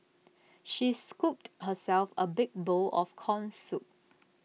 she scooped herself A big bowl of Corn Soup